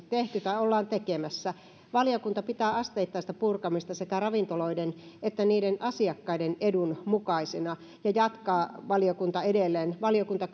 tehty tai ollaan tekemässä valiokunta pitää asteittaista purkamista sekä ravintoloiden että niiden asiakkaiden edun mukaisena ja valiokunta jatkaa edelleen valiokunta